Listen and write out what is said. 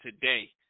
today